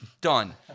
Done